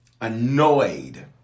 Annoyed